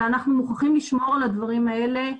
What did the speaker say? ואנחנו צריכים לשמור על הדברים האלה.